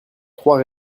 trois